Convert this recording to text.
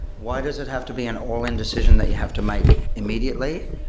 why does it have to be an all-in decision that you have to make immediately?